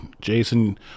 jason